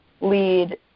lead